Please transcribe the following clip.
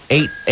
Eight